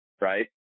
right